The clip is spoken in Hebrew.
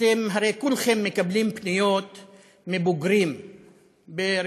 אתם הרי כולכם מקבלים פניות מבוגרים ברפואה,